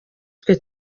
twe